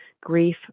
grief